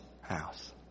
house